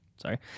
sorry